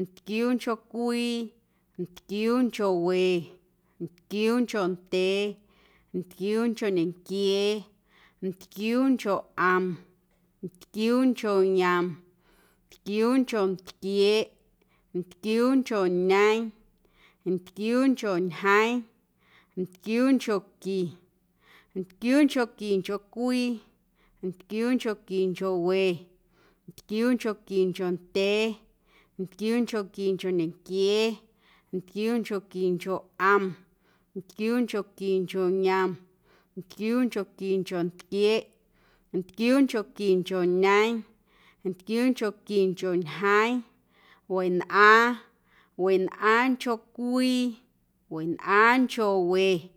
ntquiuuncho cwii, ntquiuuncho we, ntquiuuncho ndyee, ntquiuuncho ñenquiee, ntquiuuncho ꞌom, ntquiuuncho yom, ntquiuuncho ntquieeꞌ, ntquiuuncho ñeeⁿ, ntquiuuncho ñjeeⁿ, ntquiuunchonqui, ntquiuunchonquincho cwii, ntquiuunchonquincho we, ntquiuunchonquincho ndyee, ntquiuunchonquincho ñenquiee, ntquiuunchonquincho ꞌom, ntquiuunchonquincho yom, ntquiuunchonquincho ntquieeꞌ, ntquiuunchonquincho ñeeⁿ, ntquiuunchonquincho ñjeeⁿ, wenꞌaaⁿ, wenꞌaaⁿncho cwii, wenꞌaaⁿncho we.